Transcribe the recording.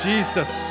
Jesus